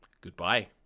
goodbye